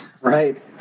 right